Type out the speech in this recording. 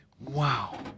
Wow